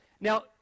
Now